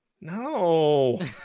No